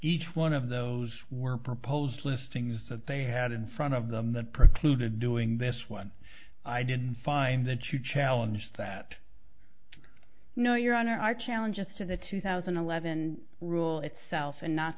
each one of those were proposed listings that they had in front of them that precluded doing this one i didn't find that you challenge that no your honor our challenges to the two thousand and eleven rule itself and not